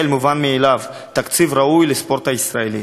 למובן מאליו: תקציב ראוי לספורט הישראלי.